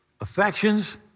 affections